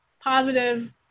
positive